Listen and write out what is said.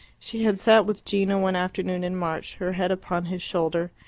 she had sat with gino one afternoon in march, her head upon his shoulder,